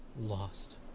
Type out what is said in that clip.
lost